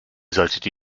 sollte